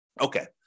Okay